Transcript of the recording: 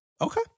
Okay